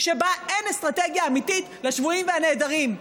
שבה אין אסטרטגיה אמיתית לגבי השבויים והנעדרים.